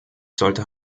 sollte